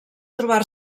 trobar